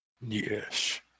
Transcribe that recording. Yes